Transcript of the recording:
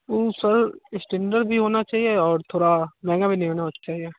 ऊ sir standard भी होना चहिए और थोड़ा महंगा भी नहीं होना चाहिए